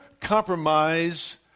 compromise